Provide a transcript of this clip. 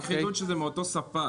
רק חידוד שזה מאותו ספק.